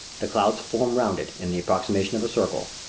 the clouds form round it in the approximation of a circle.